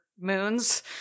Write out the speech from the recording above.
moons